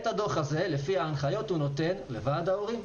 את הדוח הזה, לפי ההנחיות הוא נותן לוועד ההורים.